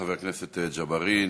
חבר הכנסת ג'בארין,